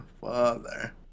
father